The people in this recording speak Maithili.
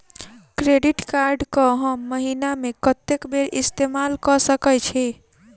क्रेडिट कार्ड कऽ हम महीना मे कत्तेक बेर इस्तेमाल कऽ सकय छी?